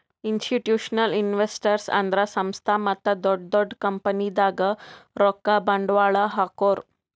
institutional investors ಅಂದ್ರ ಸಂಸ್ಥಾ ಮತ್ತ್ ದೊಡ್ಡ್ ದೊಡ್ಡ್ ಕಂಪನಿದಾಗ್ ರೊಕ್ಕ ಬಂಡ್ವಾಳ್ ಹಾಕೋರು